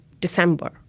December